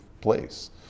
place